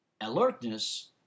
Alertness